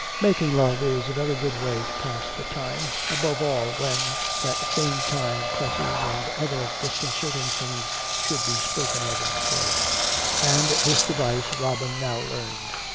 making love is a very good way to pass the time, above all when that same time presses and other disconcerting things should be spoken of instead and this device robin now learned.